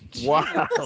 Wow